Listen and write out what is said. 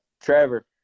Trevor